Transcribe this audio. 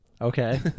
Okay